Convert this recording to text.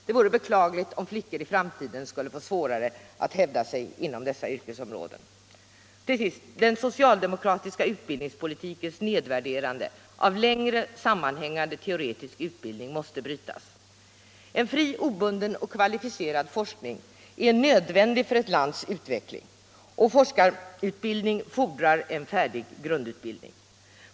Det vore beklagligt om flickor i framtiden skulle få svårare att hävda sig inom dessa yrkesområden. Till sist: Den socialdemokratiska utbildningspolitikens nedvärderande av längre sammanhängande teoretisk utbildning måste brytas. En fri, obunden och kvalificerad forskning är nödvändig för ett lands utveckling, och forskarutbildning fordrar en färdig grundutbildning.